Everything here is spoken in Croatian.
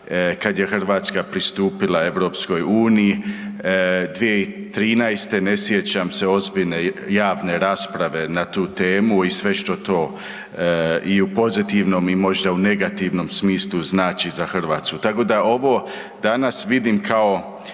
kad je Hrvatska pristupila EU 2013. ne sjećam se ozbiljne javne rasprave na tu temu i sve što to i u pozitivnom i možda u negativnom smislu znači za Hrvatsku. Tako da ovo danas vidim kao